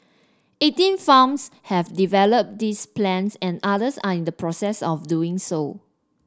eighteen farms have developed these plans and others are in the process of doing so